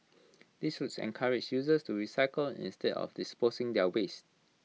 this would encourage users to recycle instead of disposing their waste